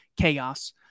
chaos